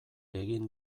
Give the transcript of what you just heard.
egin